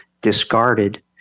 discarded